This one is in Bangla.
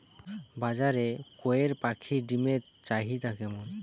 বাজারে কয়ের পাখীর ডিমের চাহিদা কেমন?